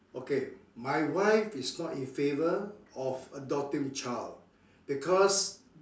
okay my wife is not in favour of adopting child because